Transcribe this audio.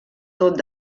tot